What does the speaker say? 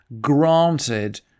granted